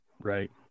Right